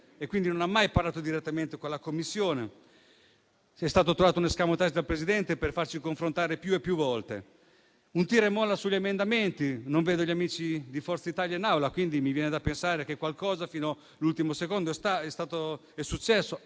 e quindi non ha mai parlato direttamente con i commissari. È stato trovato un *escamotage* dal Presidente per farci confrontare più e più volte. C'è stato un tira e molla sugli emendamenti. Non vedo gli amici di Forza Italia in Aula, quindi mi viene da pensare che qualcosa fino all'ultimo secondo sia successo,